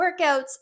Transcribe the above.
workouts